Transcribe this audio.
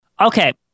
Okay